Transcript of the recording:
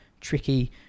tricky